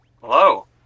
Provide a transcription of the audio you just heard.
Hello